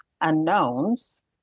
unknowns